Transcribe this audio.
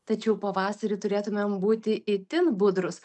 tačiau pavasarį turėtumėm būti itin budrūs